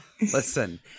Listen